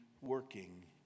working